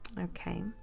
Okay